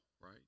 right